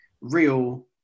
real